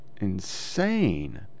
insane